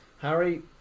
Harry